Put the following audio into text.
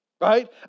right